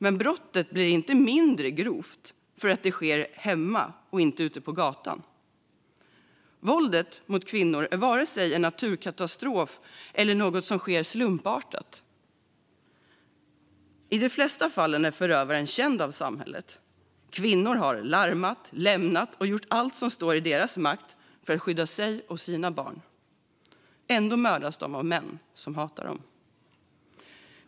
Men brottet blir inte mindre grovt för att det sker hemma och inte ute på gatan. Våldet mot kvinnor är varken en naturkatastrof eller något som sker slumpartat. I de flesta fall är förövaren känd av samhället, och kvinnorna har larmat, lämnat relationen och gjort allt som står i deras makt för att skydda sig och sina barn. Ändå mördas de av män som hatar dem.